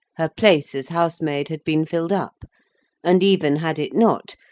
her place as housemaid had been filled up and, even had it not,